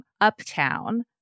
uptown